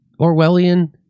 Orwellian